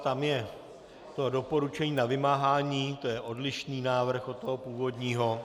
Tam je doporučení na vymáhání, je to odlišný návrh od toho původního.